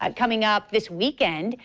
um coming up this weekend.